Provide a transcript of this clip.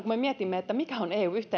kun mietimme mikä on eun